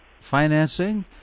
financing